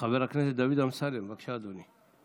חבר הכנסת דוד אמסלם, בבקשה, אדוני.